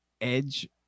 Edge